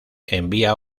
envía